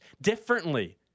differently